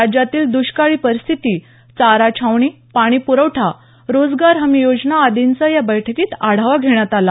राज्यातील दष्काळी परिस्थिती चारा छावणी पाणी प्रखठा रोजगार हमी योजना आदींचा या बैठकीत आढावा घेण्यात आला